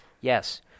Yes